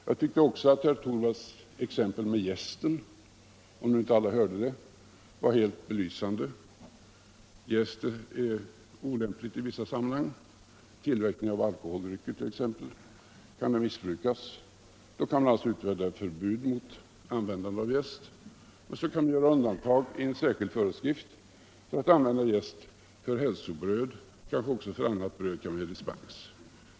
Jag tycker också att herr Torwalds exempel med jästen var helt belysande. Herr Torvald sade att jäst i vissa sammanhang kan användas olämpligt, t.ex. vid tillverkning av alkoholdrycker. Då kan man utfärda ett förbud mot användande av jäst, men sedan kan man i en särskild föreskrift göra undantag från förbudet, exempelvis när det gäller att använda jäst vid bakning av hälsobröd och även annat bröd. Då kan man alltså utfärda dispens.